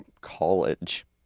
college